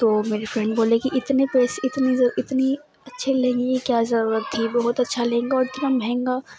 تو میری فرینڈ بولے کہ اتنے پیسے اتنے اچھے لہنگے کی کیا ضرورت تھی بہت اچھا لہنگا اور اتنا مہنگا